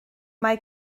mae